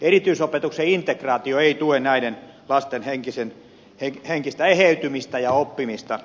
erityisopetuksen integraatio ei tue näiden lasten henkistä eheytymistä ja oppimista